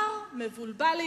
מר מבולבלי